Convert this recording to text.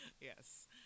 Yes